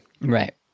Right